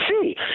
see